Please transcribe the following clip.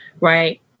Right